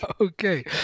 Okay